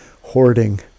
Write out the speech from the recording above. hoarding